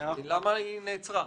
למה היא נעצרה?